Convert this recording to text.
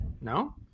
no